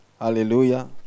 Hallelujah